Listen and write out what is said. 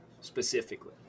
specifically